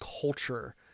culture